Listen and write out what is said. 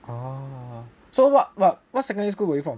oo so what what secondary school were you from